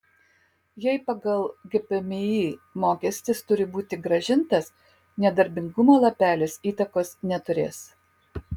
jei pagal gpmį mokestis turi būti grąžintas nedarbingumo lapelis įtakos neturės